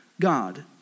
God